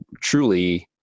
truly